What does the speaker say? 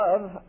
love